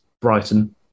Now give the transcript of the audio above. Brighton